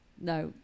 no